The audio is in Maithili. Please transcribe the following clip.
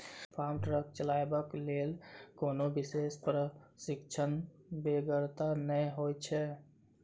फार्म ट्रक चलयबाक लेल कोनो विशेष प्रशिक्षणक बेगरता नै होइत छै